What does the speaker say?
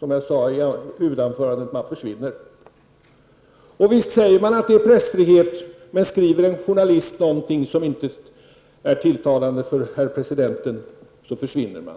Vederbörande ''försvinner'' som jag sade i mitt huvudanförande. Visst säger man att det råder pressfrihet. Men den journalist som skriver någonting som inte tilltalar herr presidenten försvinner.